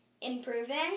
improving